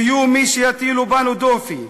יהיו מי שיטילו בנו דופי,